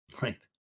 Right